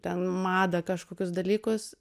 ten madą kažkokius dalykus